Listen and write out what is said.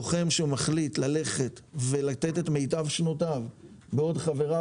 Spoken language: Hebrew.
לוחם שמחליט ללכת ולתת את מיטב שנותיו בעוד חבריו